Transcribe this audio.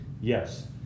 yes